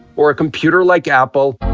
or a computer like apple,